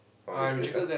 oh it was later